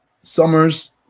summers